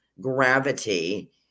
gravity